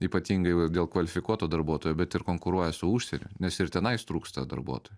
ypatingai dėl kvalifikuoto darbuotojo bet ir konkuruoja su užsieniu nes ir tenais trūksta darbuotojų